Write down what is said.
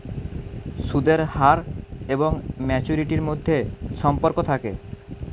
সুদের হার এবং ম্যাচুরিটির মধ্যে সম্পর্ক থাকে